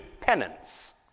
penance